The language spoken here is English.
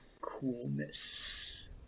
coolness